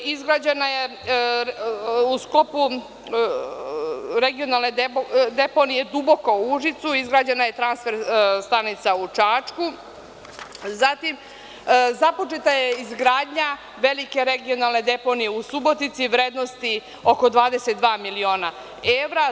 Izgrađena je u sklopu regionalne deponije Duboko u Užicu, izgrađena je transfer stanica u Čačku, zatim, započeta je izgradnja velike regionalne deponije u Subotici u vrednosti oko 22 miliona evra.